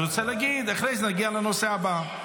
כשהוא ירצה להגיד, אחרי זה נגיע לנושא הבא.